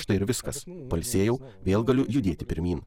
štai ir viskas pailsėjau vėl galiu judėti pirmyn